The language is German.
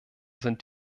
sind